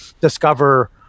discover